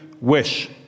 wish